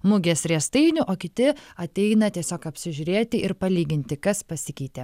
mugės riestainių o kiti ateina tiesiog apsižiūrėti ir palyginti kas pasikeitė